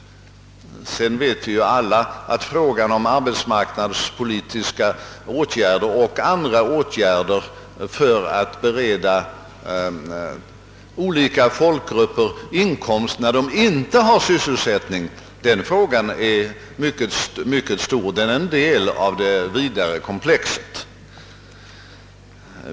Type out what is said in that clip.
Vi vet alla att resten av frågan, nämligen arbets marknadspolitiska åtgärder och andra åtgärder för att ge olika folkgrupper inkomst när de inte har någon sysselsättning, också är mycket betydelsefull. Den är en del av det vidare komplexet.